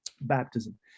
baptism